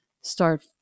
start